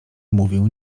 mówił